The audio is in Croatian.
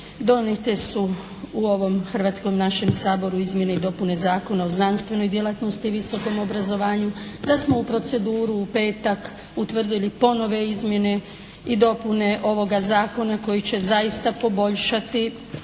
donijete su u ovom hrvatskom našem Saboru izmjene i dopune Zakona o znanstvenoj djelatnosti i visokom obrazovanju, da smo u proceduru u petak utvrdili ponovne izmjene i dopune ovoga zakona koji će zaista poboljšati